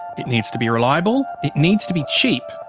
it needs to be reliable, it needs to be cheap,